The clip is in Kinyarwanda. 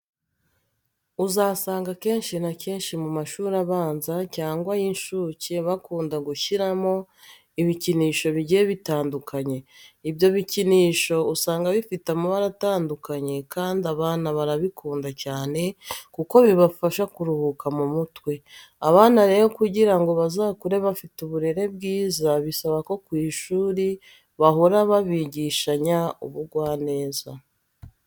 Uzasanga akenshi na kenshi mu mashuri abanza cyangwa ay'inshuke bakunda gushyiramo ibikinisho bigiye bitandukanye. Ibyo bikinisho usanga bifite amabara atandukanye kandi abana barabikunda cyane kuko bibafasha kuruhuka mu mutwe. Abana rero kugira ngo bazakure bafite uburere bwiza bisaba ko ku ishuri bahora babigishanya ubugwaneza.